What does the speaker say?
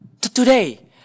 today